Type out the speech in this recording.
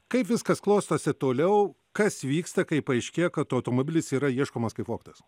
kaip viskas klostosi toliau kas vyksta kai paaiškėja kad automobilis yra ieškomas kaip vogtas